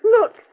Look